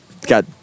got